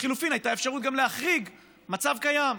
לחלופין, הייתה אפשרות גם להחריג מצב קיים,